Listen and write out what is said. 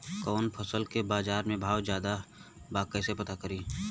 कवना फसल के बाजार में भाव ज्यादा बा कैसे पता करि?